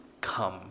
come